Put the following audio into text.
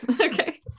okay